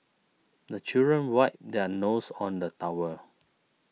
the children wipe their noses on the towel